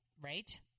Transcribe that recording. right